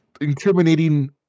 incriminating